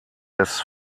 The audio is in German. des